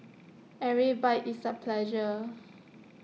every bite is A pleasure